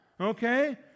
okay